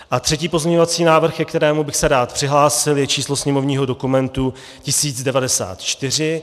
A třetí pozměňovací návrh, ke kterému bych se rád přihlásil, je číslo sněmovního dokumentu 1094...